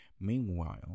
Meanwhile